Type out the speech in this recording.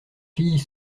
filles